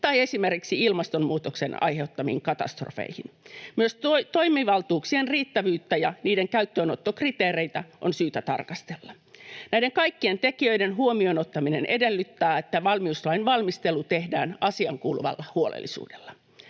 tai esimerkiksi ilmastonmuutoksen aiheuttamiin katastrofeihin. Myös toimivaltuuksien riittävyyttä ja niiden käyttöönottokriteereitä on syytä tarkastella. Näiden kaikkien tekijöiden huomioonottaminen edellyttää, että valmiuslain valmistelu tehdään asiaankuuluvalla huolellisuudella.